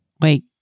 Wait